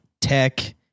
tech